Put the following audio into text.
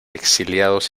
exiliados